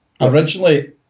Originally